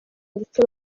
ndetse